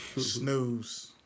Snooze